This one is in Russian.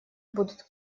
будут